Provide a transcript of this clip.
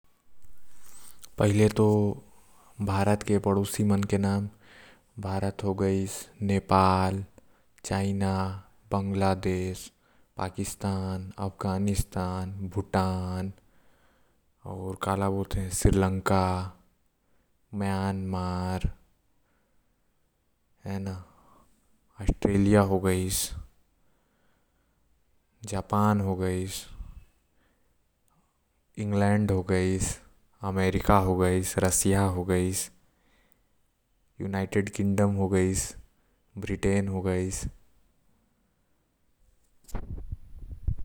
पहिले तो भारत के पड़ोसी मन के नाम जैसे नेपाल हो गइस बांग्लादेश हो गइस भूटान हो गइस श्री लंका हो गइस चीन म्यांमार पाकिस्तान अफगानिस्तान आऊ ऑस्ट्रेलिया हो गइस जापान हो गइस इंग्लैड हो गइस रूस हो गइस अमेरिका हो गइस ब्रिटेन हो गइस।